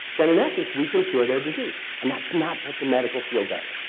then in essence we can cure their disease. and that's not what the medical field does.